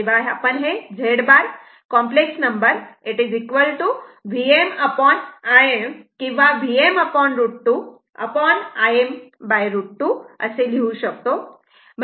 तेव्हा आपण हे Z bar complex number VmIm किंवा Vm√ 2 Im√ 2 असे लिहू शकतो